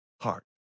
heart